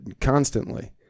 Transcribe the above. constantly